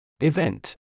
Event